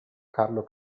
carlo